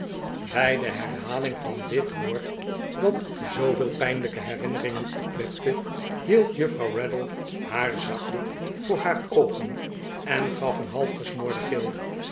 de herhaling van dit woord dat zoovenl pijnliike herinneringen opwekte hield juffrouw raddle haar zakdoek voor haar oogen en paf een half gesmoorden gil